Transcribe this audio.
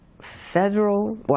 Federal